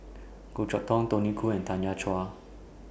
Goh Chok Tong Tony Khoo and Tanya Chua